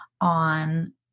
on